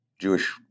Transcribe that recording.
Jewish